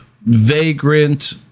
vagrant